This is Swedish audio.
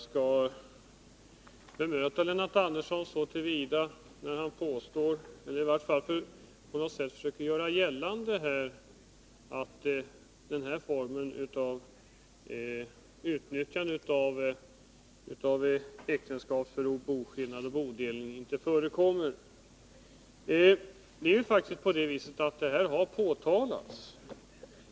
Fru talman! Jag skall bemöta Lennart Andersson när han försöker göra gällande att den här formen av utnyttjande av äktenskapsförord, boskillnad och bodelning inte förekommer. Det är faktiskt en sak som har påtalats.